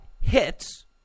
hits